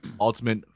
Ultimate